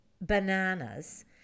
bananas